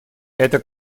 это